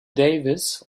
davis